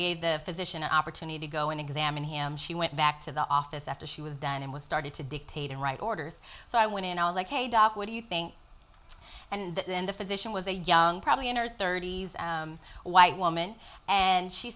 gave the physician an opportunity to go and examine him she went back to the office after she was done and was started to dictate and write orders so i went in i was like hey doc what do you think and then the physician was a young probably in her thirty's white woman and she